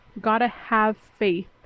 gotta-have-faith